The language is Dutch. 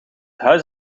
huis